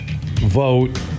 vote